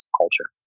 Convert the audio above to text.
culture